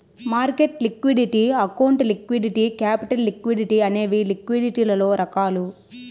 market liquidity account liquidity capital liquidity అనేవి లిక్విడిటీలలో రకాలు